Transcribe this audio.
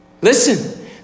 Listen